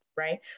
right